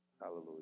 Hallelujah